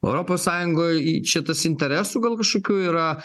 o europos sąjungoje šitas interesų gal kažkokių yra